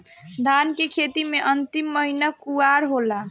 धान के खेती मे अन्तिम महीना कुवार होला?